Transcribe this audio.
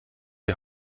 die